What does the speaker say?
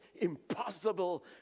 impossible